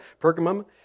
Pergamum